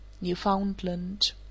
Newfoundland